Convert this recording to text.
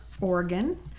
Oregon